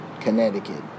Connecticut